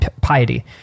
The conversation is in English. piety